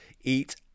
eat